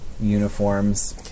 Uniforms